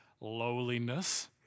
lowliness